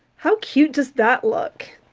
how cute does that look